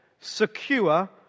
secure